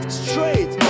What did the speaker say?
straight